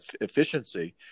efficiency